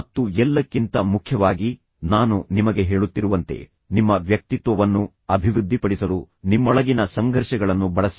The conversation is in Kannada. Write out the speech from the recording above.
ಮತ್ತು ಎಲ್ಲಕ್ಕಿಂತ ಮುಖ್ಯವಾಗಿ ನಾನು ನಿಮಗೆ ಹೇಳುತ್ತಿರುವಂತೆ ನಿಮ್ಮ ವ್ಯಕ್ತಿತ್ವವನ್ನು ಅಭಿವೃದ್ಧಿಪಡಿಸಲು ನಿಮ್ಮೊಳಗಿನ ಸಂಘರ್ಷಗಳನ್ನು ಬಳಸಿ